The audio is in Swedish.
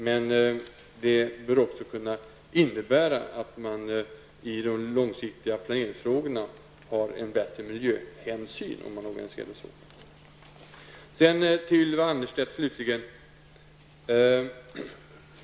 Men det bör också kunna innebära att man med en sådan organisation har en bättre miljöhänsyn i de långsiktiga planeringsfrågorna. Slutligen till Ylva Annerstedt.